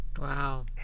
Wow